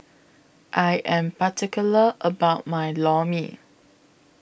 I Am particular about My Lor Mee